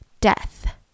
death